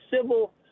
civil